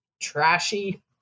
trashy